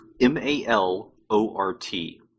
M-A-L-O-R-T